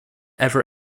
ever